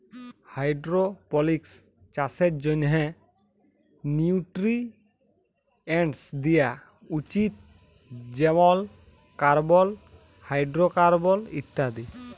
hydroponics চাষের জ্যনহে nutrients দিয়া উচিত যেমল কার্বল, হাইডোরোকার্বল ইত্যাদি